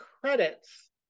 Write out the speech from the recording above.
credits